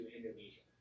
Indonesia